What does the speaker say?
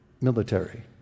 military